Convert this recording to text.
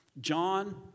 John